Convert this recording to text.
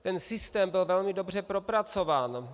Ten systém byl velmi dobře propracován.